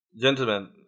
gentlemen